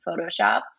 Photoshop